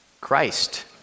Christ